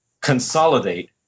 consolidate